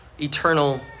eternal